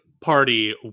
party